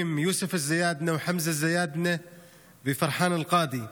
יוסף זיאדנה, חמזה זיאדנה ופרחאן אלקאדי.